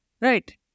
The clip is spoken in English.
Right